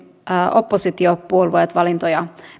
oppositiopuolueet valintoja